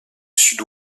sud